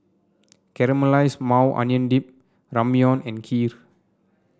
Caramelized Maui Onion Dip Ramyeon and Kheer